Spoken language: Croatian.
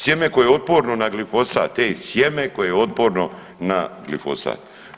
Sjeme koje je otporno na glifosat, ej sjeme koje je otporno na glifosat.